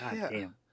goddamn